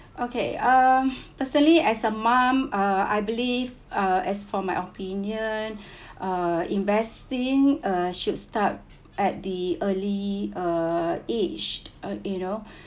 okay uh personally as a mum uh I believe uh as for my opinion uh investing uh should start at the early uh age uh you know